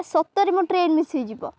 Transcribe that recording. ସତରେ ମୋ train miss ହେଇଯିବ